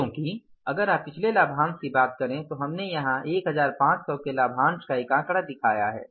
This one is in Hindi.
क्योंकि अगर आप पिछले लाभांश की बात करें तो हमने यहां 1500 के लाभांश का एक आंकड़ा दिखाया है